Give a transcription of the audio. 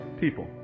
people